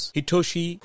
Hitoshi